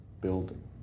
building